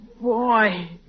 Boy